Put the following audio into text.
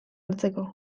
hartzeko